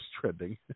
trending